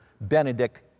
Benedict